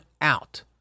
out